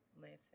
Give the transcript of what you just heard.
Listen